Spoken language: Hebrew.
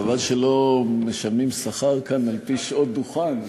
חבל שלא משלמים שכר כאן על-פי שעון דוכן.